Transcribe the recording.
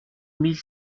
mille